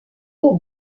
aux